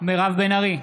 מירב בן ארי,